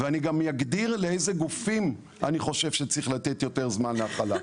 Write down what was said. ואני גם אגדיר לאיזה גופים אני חושב שזה צריך לתת יותר זמן להכלה.